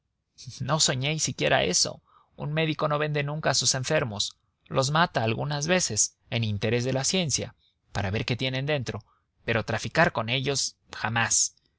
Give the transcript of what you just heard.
no soñéis siquiera en eso un médico no vende nunca a sus enfermos los mata algunas veces en interés de la ciencia para ver qué tienen dentro pero traficar con ellos jamás